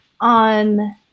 on